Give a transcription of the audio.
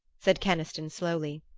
said keniston slowly.